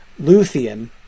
Luthien